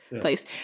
place